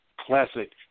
Classic